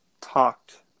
talked